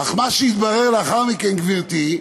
אך מה שהתברר לאחר מכן, גברתי,